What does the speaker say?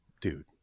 dude